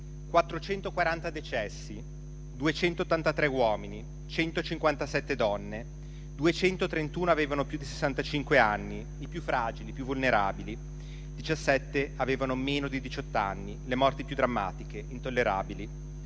440 decessi, 283 uomini, 157 donne, 231 avevano più di sessantacinque anni (i più fragili, i più vulnerabili), 17 avevano meno di diciotto anni (le morti più drammatiche, intollerabili).